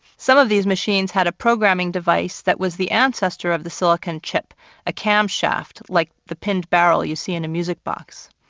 some of these machines had a programming device that was the ancestor of the silicon chip a camshaft, like the pinned barrel you see in a music box.